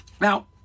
Now